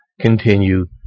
continue